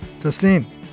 Justine